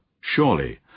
Surely